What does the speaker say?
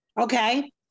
Okay